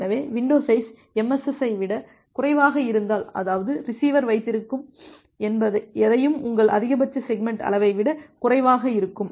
எனவே window size MSS ஐ விட குறைவாக இருந்தால் அதாவது ரிசீவர் வைத்திருக்கும் எதையும் உங்கள் அதிகபட்ச செக்மெண்ட் அளவை விட குறைவாக இருக்கும்